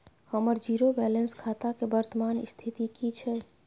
हमर zero balance खाता के वर्तमान स्थिति की छै?